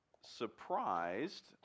surprised